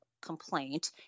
complaint